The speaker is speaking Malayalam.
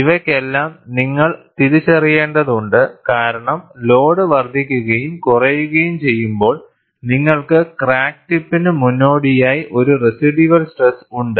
ഇവയ്ക്കെല്ലാം നിങ്ങൾ തിരിച്ചറിയേണ്ടതുണ്ട് കാരണം ലോഡ് വർദ്ധിക്കുകയും കുറയുകയും ചെയ്യുമ്പോൾ നിങ്ങൾക്ക് ക്രാക്ക് ടിപ്പിന് മുന്നോടിയായി ഒരു റെസിഡ്യൂവൽ സ്ട്രെസ് ഉണ്ട്